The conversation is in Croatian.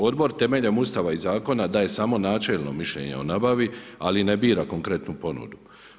Odbor temeljem ustava i zakona dajem samo načelno mišljenje o nabavi, ali ne bira konkretnu ponudu.